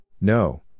No